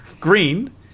green